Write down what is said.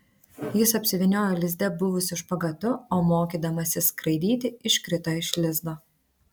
jis apsivyniojo lizde buvusiu špagatu o mokydamasis skraidyti iškrito iš lizdo